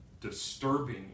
disturbing